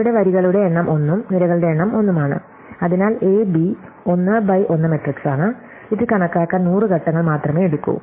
ഇവിടെ വരികളുടെ എണ്ണം 1 ഉം നിരകളുടെ എണ്ണം 1 ഉം ആണ് അതിനാൽ എ ബി 1 ബൈ 1 മാട്രിക്സാണ് ഇത് കണക്കാക്കാൻ 100 ഘട്ടങ്ങൾ മാത്രമേ എടുക്കൂ